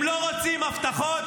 הם לא רוצים הבטחות.